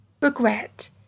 Regret